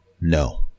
No